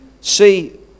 see